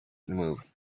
move